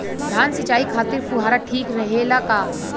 धान सिंचाई खातिर फुहारा ठीक रहे ला का?